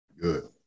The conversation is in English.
good